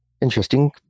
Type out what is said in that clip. interesting